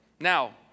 Now